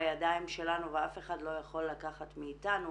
בידיים שלנו ואף אחד לא יכול לקחת מאיתנו